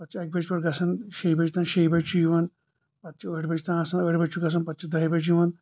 پَتہٕ چُھ اکہِ بَجہِ پٮ۪ٹھ گَژَھان شیٚے بَجہِ تانۍ شیٚے بجہ چُھ یِوان پتہٕ چُھ ٲٹھِ بَجہِ تانۍ آسَان ٲٹھِ بَجہِ چُھ گَژھان پتہٕ چھُ دَہِہِ بَجہِ یِوان